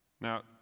now